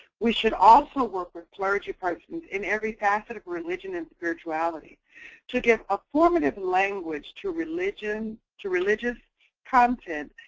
we should also work with clergypersons in every facet of religion and spirituality to give a formative language to religion, to religious content,